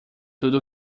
tudo